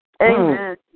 amen